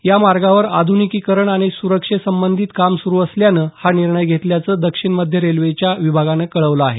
या मार्गावर आध्निकीकरण आणि सुरक्षेसंबंधित काम सुरू असल्यानं हा निर्णय घेतल्याचं दक्षिण मध्य रेल्वेच्या नांदेड विभागानं कळवलं आहे